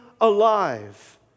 alive